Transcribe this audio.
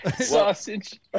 Sausage